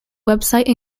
website